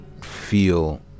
feel